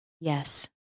Yes